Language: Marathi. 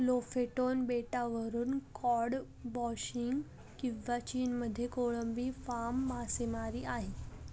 लोफेटोन बेटावरून कॉड फिशिंग किंवा चीनमध्ये कोळंबी फार्म मासेमारी आहे